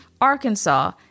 Arkansas